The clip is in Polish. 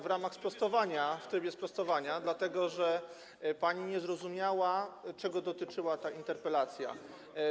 W ramach sprostowania, w trybie sprostowania, dlatego że pani nie zrozumiała, czego dotyczyła ta interpelacja.